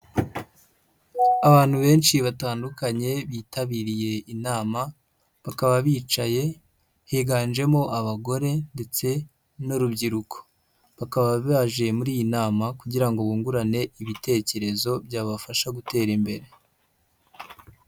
Abantu benshi batandukanye, bitabiriye inama, bakaba bicaye, higanjemo abagore ndetse n'urubyiruko. Bakaba baje muri iyi nama kugira ngo bungurane ibitekerezo byabafasha gutera imbere.